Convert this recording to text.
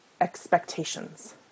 expectations